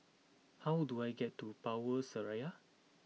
how do I get to Power Seraya